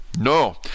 no